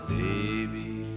baby